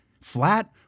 Flat